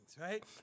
right